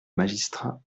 magistrat